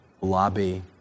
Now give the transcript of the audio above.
lobby